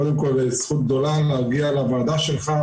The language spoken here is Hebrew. קודם כל זכות גדולה להגיע לוועדה שלך,